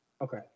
Okay